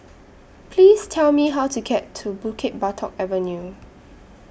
Please Tell Me How to get to Bukit Batok Avenue